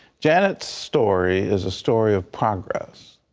janet story is a story of congress.